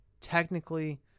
technically